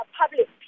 public